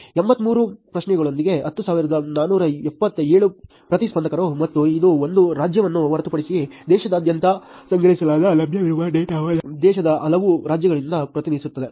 83 ಪ್ರಶ್ನೆಗಳೊಂದಿಗೆ 10427 ಪ್ರತಿಸ್ಪಂದಕರು ಮತ್ತು ಇದು ಒಂದು ರಾಜ್ಯವನ್ನು ಹೊರತುಪಡಿಸಿ ದೇಶದಾದ್ಯಂತ ಸಂಗ್ರಹಿಸಲಾಗಿದೆ ಲಭ್ಯವಿರುವ ಡೇಟಾವು ದೇಶದ ಹಲವು ರಾಜ್ಯಗಳಿಂದ ಪ್ರತಿನಿಧಿಸುತ್ತದೆ